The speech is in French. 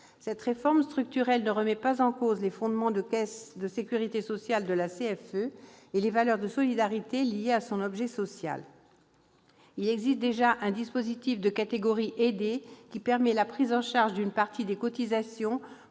Cette réforme structurelle ne remet pas en cause les fondements de caisse de sécurité sociale de la CFE et les valeurs de solidarité liées à son objet social. Il existe déjà un dispositif de « catégorie aidée » qui permet la prise en charge d'une partie des cotisations